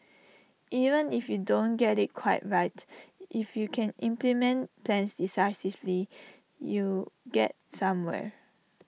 even if you don't get IT quite right if you can implement plans decisively you get somewhere